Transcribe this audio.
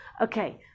Okay